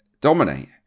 dominate